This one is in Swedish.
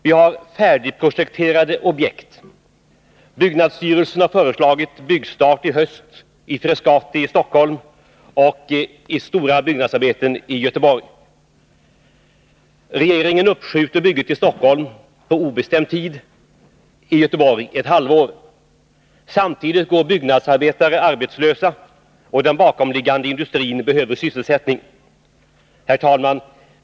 Vi har färdigprojekterade objekt. Byggnadsstyrelsen har föreslagit byggstart i höst i Frescati i Stockholm och för stora byggnadsarbeten i Göteborg. Regeringen uppskjuter bygget i Stockholm på obestämd tid, bygget i Göteborg ett halvår. Samtidigt går byggnadsarbetare arbetslösa, och den bakomliggande industrin behöver sysselsättning. Herr talman!